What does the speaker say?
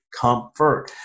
comfort